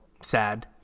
sad